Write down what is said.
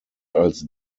als